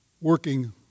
working